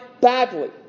badly